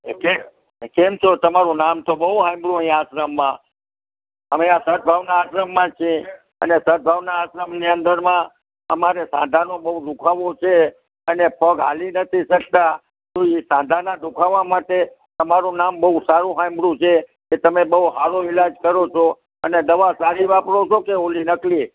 એટલે એ કેમ છો તમારું નામ તો બહુ સાંભળ્યુ અહીં આશ્રમમાં અમે આ સદ્ભવના આશ્રમમાં જ છીએ અને સદ્ભવના આશ્રમની અંદરમાં અમારે સાંધાનો બહુ દુ ખાવો છે અને પગ ચાલી નથી શકતા તો એ સાંધાના દુ ખાવા માટે તમારું નામ બહુ સારું સાંભળ્યું છે કે તમે બહુ સારો ઈલાજ કરો છો અને દવા સારી વાપરો છો કે ઓલી નકલી